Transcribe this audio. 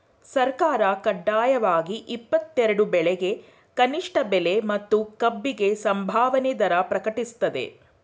ಸರ್ಕಾರ ಕಡ್ಡಾಯವಾಗಿ ಇಪ್ಪತ್ತೆರೆಡು ಬೆಳೆಗೆ ಕನಿಷ್ಠ ಬೆಲೆ ಮತ್ತು ಕಬ್ಬಿಗೆ ಸಂಭಾವನೆ ದರ ಪ್ರಕಟಿಸ್ತದೆ